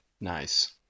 Nice